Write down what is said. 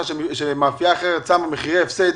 שמאפייה אחרת שמה מחירי הפסד,